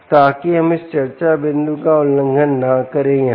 ताकि हम इस चर्चा बिंदु का उल्लंघन न करें यहाँ